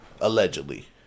Allegedly